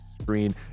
screen